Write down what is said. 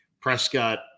Prescott